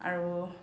আৰু